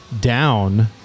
down